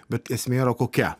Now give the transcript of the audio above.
bet esmė yra kokia